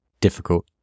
difficult